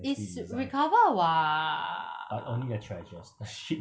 it's recovered [what]